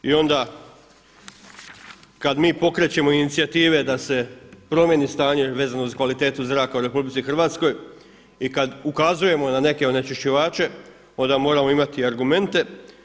I onda kada mi pokrećemo inicijative da se promijeni stanje vezano uz kvalitetu zraka u RH i kada ukazujemo na neke onečišćivače onda moramo imati argumenta.